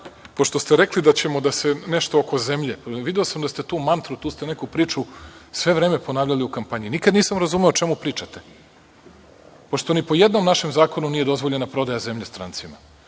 pošto ste rekli da ćemo se nešto oko zemlje, video sam da ste tu mantru, tu neku priču sve vreme ponavljali u kampanji, nikada nisam razumeo o čemu pričate, pošto ni po jednom našem zakonu nije dozvoljena prodaja zemlje strancima.